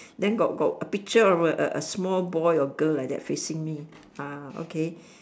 then got got a picture of a a small boy or girl like that facing me ah okay